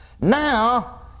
Now